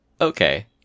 Okay